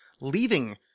leaving